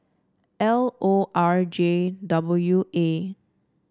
L O R J W A